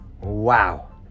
Wow